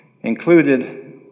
included